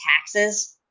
taxes